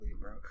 bro